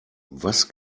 was